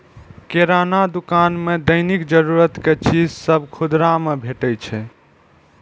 किराना दोकान मे दैनिक जरूरत के चीज सभ खुदरा मे भेटै छै